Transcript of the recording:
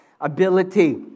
ability